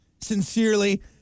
Sincerely